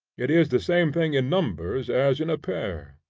it is the same thing in numbers, as in a pair,